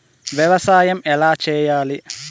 వ్యవసాయం ఎలా చేయాలి?